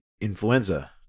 influenza